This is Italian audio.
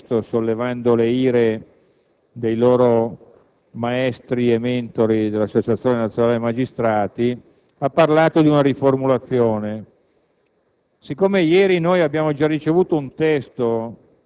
Commissione giustizia avevano osato introdurre nel testo, sollevando le ire dei loro maestri e mentori dell'Associazione nazionale magistrati) ha parlato di una riformulazione.